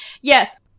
Yes